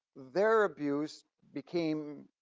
their abuse became